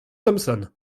thompson